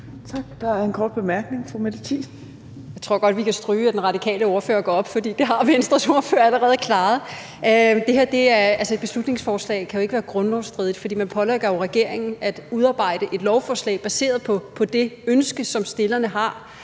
Thiesen. Kl. 13:38 Mette Thiesen (NB): Jeg tror godt, vi kan stryge, at den radikale ordfører går op, for det har Venstres ordfører allerede klaret. Altså, et beslutningsforslag kan jo ikke være grundlovsstridigt, for man pålægger regeringen at udarbejde et lovforslag baseret på det ønske, som forslagsstillerne har,